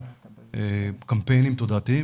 קמפיינים תודעתיים,